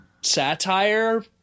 satire